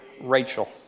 Rachel